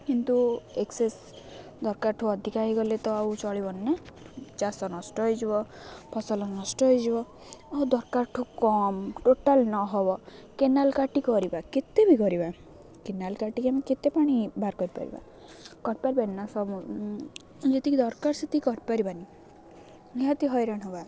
କିନ୍ତୁ ଏକ୍ସେସ୍ ଦରକାରଠୁ ଅଧିକା ହୋଇଗଲେ ତ ଆଉ ଚଳିବନିନା ଚାଷ ନଷ୍ଟ ହୋଇଯିବ ଫସଲ ନଷ୍ଟ ହୋଇଯିବ ଆଉ ଦରକାରଠୁ କମ୍ ଟୋଟାଲ୍ ନ ହେବ କେନାଲ୍ କାଟି କରିବା କେତେ ବି କରିବା କେନାଲ୍ କାଟିକି ଆମେ କେତେ ପାଣି ବାହାର କରିପାରିବା କରିପାରିବାନି ନା ଯେତିକି ଦରକାର ସେତିକି କରିପାରିବାନି ନିହାତି ହଇରାଣ ହେବା